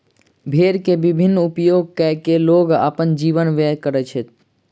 भेड़ के विभिन्न उपयोग कय के लोग अपन जीवन व्यय करैत अछि